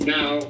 Now